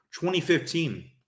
2015